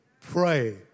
pray